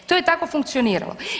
I to je tako funkcioniralo.